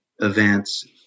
events